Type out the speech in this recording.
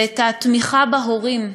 זה התמיכה בהורים.